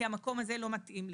כי המקום הזה לא מתאים לך.